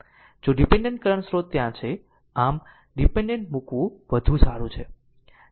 જો dependent current સ્રોત ત્યાં છે આમ ડીપેન્ડેન્ટ મુકવું વધુ સારૂ છે